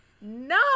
No